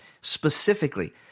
Specifically